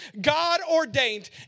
God-ordained